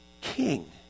king